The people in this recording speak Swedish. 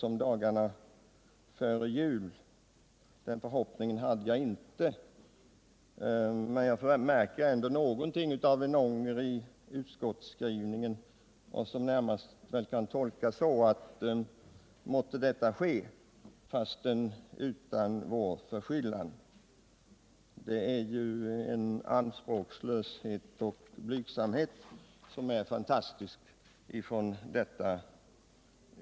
Vi behandlade samma fråga så sent som före jul. Jag märker ändå någonting av ånger i utskottets skrivning, som väl närmast kan tolkas som så, att måtte detta ske fastän utan vår förskyllan. Det är ju en anspråkslöshet och blygsamhet hos utskottet som är fantastiska.